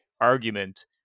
argument